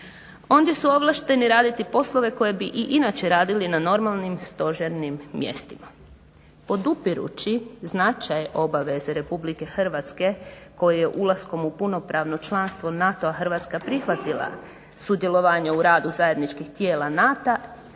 Ondje su ovlašteni raditi poslove koje bi i inače radili na normalnim stožernim mjestima. Podupirući značaj obaveze RH koje ulaskom u punopravno članstvo NATO Hrvatska prihvatila sudjelovanje u radu tijela zajedničkih tijela NATO-a